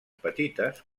petites